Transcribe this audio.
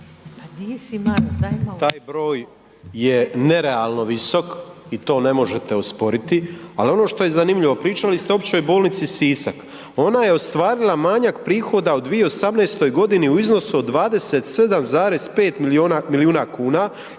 Taj broj je nerealno visok i to ne možete osporiti, ali ono što je zanimljivo pričali ste o Općoj bolnici Sisak. Ona je ostvarila manjak prihoda u 2018. godini u iznosu od 27,5 milijuna kuna